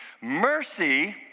Mercy